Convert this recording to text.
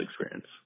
experience